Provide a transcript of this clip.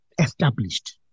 established